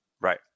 Right